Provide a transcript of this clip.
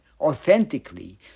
authentically